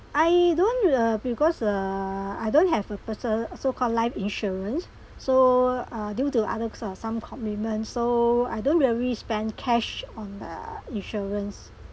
I don't re~ uh because uh I don't have a persol~so call life insurance so uh due to others uh some commitment so I don't really spend cash on the insurance